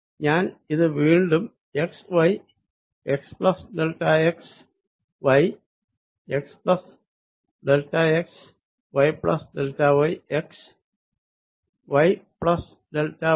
ഞാൻ ഇത് വീണ്ടും x y x plus delta x y x plus delta x y plus delta y x y plus delta Y